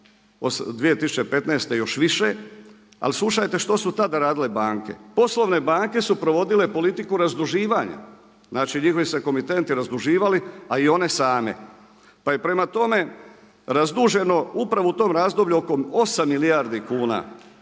2015. još više, ali slušajte što su tada radile banke, poslovne banke su provodile politiku razduživanja. Znači njihovi su se komitenti razduživali, a i one same pa je prema tome razduženo upravo u tome razdoblju oko osam milijardi kuna,